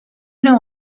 know